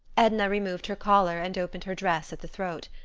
edna removed her collar and opened her dress at the throat.